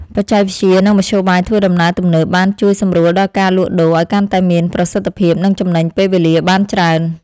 បច្ចេកវិទ្យានិងមធ្យោបាយធ្វើដំណើរទំនើបបានជួយសម្រួលដល់ការលក់ដូរឱ្យកាន់តែមានប្រសិទ្ធភាពនិងចំណេញពេលវេលាបានច្រើន។